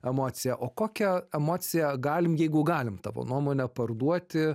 emociją o kokią emociją galim jeigu galim tavo nuomone parduoti